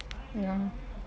ya